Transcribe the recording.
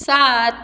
सात